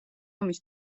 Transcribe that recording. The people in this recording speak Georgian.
ომის